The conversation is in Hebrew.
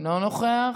אינו נוכח.